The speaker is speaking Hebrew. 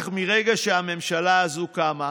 אך מרגע שהממשלה הזאת קמה,